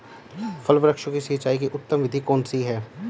फल वृक्षों की सिंचाई की उत्तम विधि कौन सी है?